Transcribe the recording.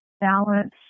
balance